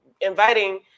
inviting